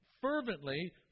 fervently